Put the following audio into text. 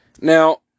Now